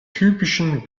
typischen